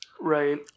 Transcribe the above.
Right